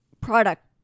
product